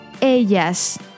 Ellas